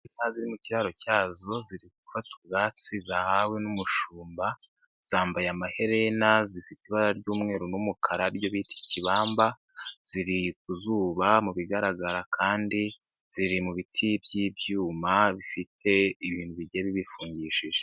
Inka zri mu kiraro cyazo ziri gufata ubwatsi zahawe n'umushumba, zambaye amaherena zifite ibara ry'umweru n'umukara byo bita ikibamba, ziri ku zuba mu bigaragara kandi ziri mu biti by'ibyuma bifite ibintu bigiye bifungishije.